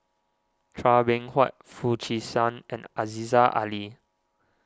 Chua Beng Huat Foo Chee San and Aziza Ali